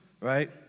Right